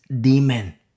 demon